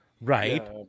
right